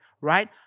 right